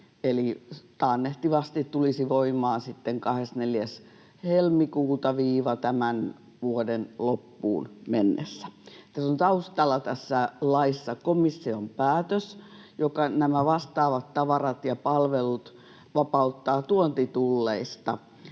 taannehtivasti tulisi voimaan 24. päivästä helmikuuta tämän vuoden loppuun asti. Tässä laissa on taustalla komission päätös, joka nämä vastaavat tavarat ja palvelut vapauttaa tuontitulleista